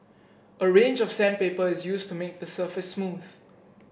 a range of sandpaper is used to make the surface smooth